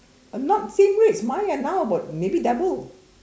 are not same rates mine are now about maybe double